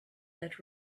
that